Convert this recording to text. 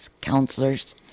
counselors